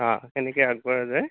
অঁ কেনেকৈ আগবঢ়া যায়